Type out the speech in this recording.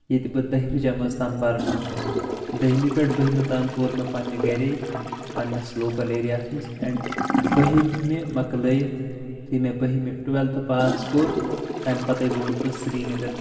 ییٚتہِ بہٕ دٔہمہِ جمٲژ تام پران اوسُس دٔہمہِ پٮ۪ٹھ بہمہِ تام پوٚر مےٚ پننہِ گرے پننس لوکل ایریا ہس منٛز اینٛڈ بہمہِ مکلٲیتھ یُتھُے مےٚ بہمہِ ٹوٚویلتھہٕ پاس کوٚر تمہِ پتے گوٚوُس بہٕ سرینگر